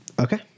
Okay